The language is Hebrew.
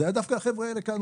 זה היה דווקא החבר'ה האלה כאן,